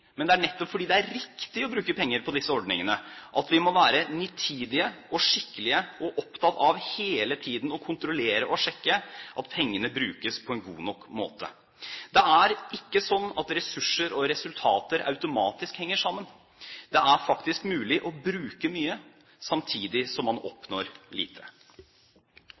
Men det er nettopp fordi det er riktig å bruke penger på disse ordningene at vi må være nitide, skikkelige og hele tiden opptatt av å kontrollere og sjekke at pengene brukes på en god nok måte. Det er ikke slik at ressurser og resultater automatisk henger sammen. Det er faktisk mulig å bruke mye, samtidig som man oppnår lite.